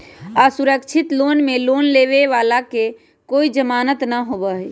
असुरक्षित लोन में लोन लेवे वाला के कोई जमानत न होबा हई